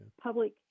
public